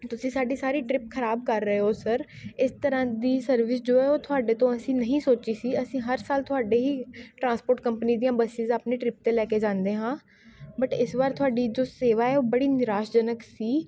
ਤੁਸੀਂ ਸਾਡੀ ਸਾਰੀ ਟਰਿੱਪ ਖਰਾਬ ਕਰ ਰਹੇ ਹੋ ਸਰ ਇਸ ਤਰ੍ਹਾਂ ਦੀ ਸਰਵਿਸ ਜੋ ਹੈ ਉਹ ਤੁਹਾਡੇ ਤੋਂ ਅਸੀਂ ਨਹੀਂ ਸੋਚੀ ਸੀ ਅਸੀਂ ਹਰ ਸਾਲ ਤੁਹਾਡੇ ਹੀ ਟ੍ਰਾਂਸਪੋਰਟ ਕੰਪਨੀ ਦੀਆਂ ਬੱਸਿਜ਼ ਆਪਣੀ ਟਰਿੱਪ 'ਤੇ ਲੈ ਕੇ ਜਾਂਦੇ ਹਾਂ ਬਟ ਇਸ ਵਾਰ ਤੁਹਾਡੀ ਜੋ ਸੇਵਾ ਏ ਉਹ ਬੜੀ ਨਿਰਾਸ਼ਾਜਨਕ ਸੀ